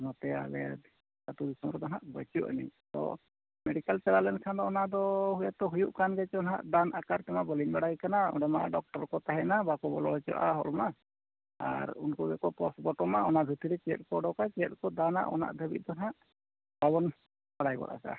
ᱱᱚᱛᱮ ᱟᱞᱮ ᱟᱛᱳ ᱫᱤᱥᱚᱢ ᱨᱮᱫᱚ ᱵᱟᱹᱪᱩᱜ ᱟᱹᱱᱤᱡ ᱛᱚ ᱢᱮᱰᱤᱠᱮᱞ ᱥᱮᱬᱟ ᱞᱮᱱᱠᱷᱟᱱ ᱚᱱᱟ ᱫᱚ ᱦᱳᱭᱛᱚ ᱦᱩᱭᱩᱜ ᱠᱟᱱ ᱜᱮᱪᱚ ᱱᱟᱦᱟᱜ ᱫᱟᱱ ᱟᱠᱟᱛᱮᱢᱟ ᱟᱹᱞᱤᱧᱢᱟ ᱵᱟᱹᱞᱤᱧ ᱵᱟᱲᱟᱭ ᱠᱟᱱᱟ ᱚᱸᱰᱮᱢᱟ ᱰᱚᱠᱴᱚᱨ ᱠᱚ ᱛᱟᱦᱮᱱᱟ ᱵᱟᱠᱚ ᱵᱚᱞᱚ ᱦᱚᱪᱚᱣᱟᱜᱼᱟ ᱦᱚᱲᱢᱟ ᱟᱨ ᱩᱱᱠᱩ ᱜᱮᱠᱚ ᱯᱳᱥᱴᱢᱳᱨᱴᱮᱢᱟ ᱚᱱᱟ ᱵᱷᱤᱛᱨᱤ ᱪᱮᱫ ᱠᱚ ᱚᱰᱳᱠᱟ ᱪᱮᱫ ᱠᱚ ᱪᱮᱫ ᱠᱚ ᱫᱟᱱᱟ ᱩᱱᱟᱹᱜ ᱫᱷᱟᱹᱵᱤᱡ ᱫᱚ ᱱᱟᱦᱟᱜ ᱵᱟᱵᱚᱱ ᱵᱟᱲᱟᱭ ᱜᱚᱫ ᱠᱟᱜᱼᱟ